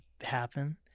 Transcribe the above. happen